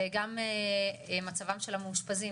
וגם מצבם של המאושפזים,